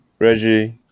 Reggie